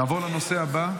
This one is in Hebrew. נעבור לנושא הבא: